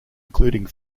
including